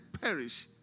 perish